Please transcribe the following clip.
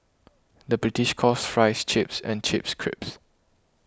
the British calls Fries Chips and Chips Crisps